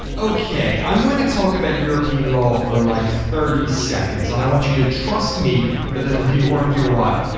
okay, i'm going to talk about european law for like thirty seconds. and i want you to trust me that it'll be worth your while.